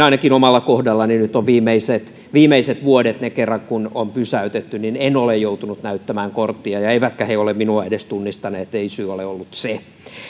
ainakin omalla kohdallani on nyt viimeiset vuodet ollut niinä kertoina kun on pysäytetty en ole joutunut näyttämään korttia eivätkä he ole minua edes tunnistaneet ei syy ole ollut se